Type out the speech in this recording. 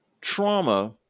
trauma